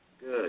good